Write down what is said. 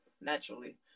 naturally